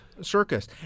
circus